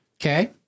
Okay